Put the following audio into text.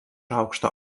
aukšto